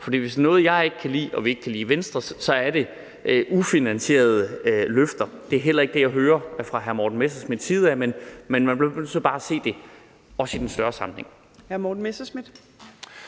er noget, jeg ikke kan lide, og som vi ikke kan lide i Venstre, er det ufinansierede løfter. Det er heller ikke det, jeg hører fra hr. Morten Messerschmidts side, men man bliver i hvert fald så bare nødt til